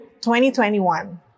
2021